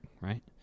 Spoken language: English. right